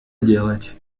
делать